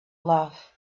love